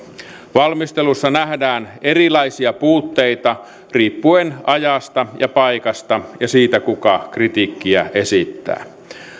valmistelussa nähdään erilaisia puutteita riippuen ajasta ja paikasta ja siitä kuka kritiikkiä esittää